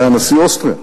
מי שהיה נשיא אוסטריה,